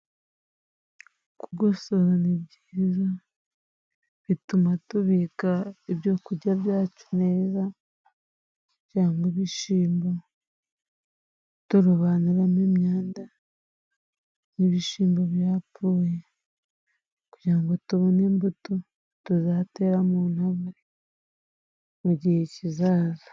Kugosora ni byiza. Bituma tubika ibyo kurya byacu neza, byaba ibishyimbo turobanuramo imyanda, n'ibishyimbo byapfuye kugira ngo tubone imbuto tuzatera mu ntabire mu gihe kizaza.